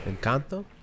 Encanto